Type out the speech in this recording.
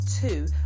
two